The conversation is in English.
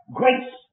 grace